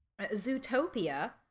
Zootopia